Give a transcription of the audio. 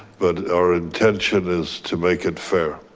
but our intention is to make it fair.